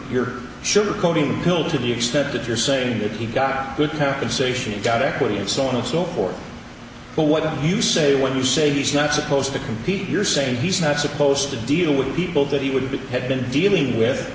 your sugar coating pill to the extent that you're saying that he got good characterisation got equity and so on and so forth but what you say when you say he's not supposed to compete you're saying he's not supposed to deal with people that he would have been dealing with